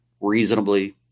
reasonably